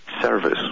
service